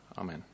Amen